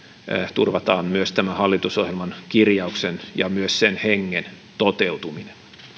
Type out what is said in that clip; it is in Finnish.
turvataan myös tämän hallitusohjelman kirjauksen ja myös sen hengen toteutuminen